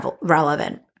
relevant